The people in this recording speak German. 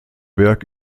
berg